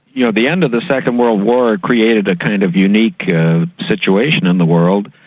you know, the end of the second world war created a kind of unique situation in the world.